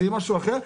זה יהיה דבר אחר,